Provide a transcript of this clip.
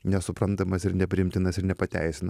nesuprantamas ir nepriimtinas ir nepateisina